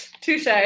Touche